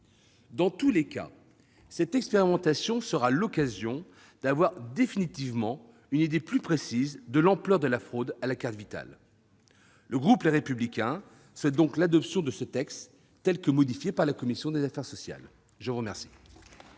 Dans tous les cas, cette expérimentation sera l'occasion d'avoir, définitivement, une idée plus précise de l'ampleur de la fraude à la carte Vitale. Les élus du groupe Les Républicains souhaitent donc l'adoption de ce texte, tel qu'il a été modifié par la commission des affaires sociales. Très bien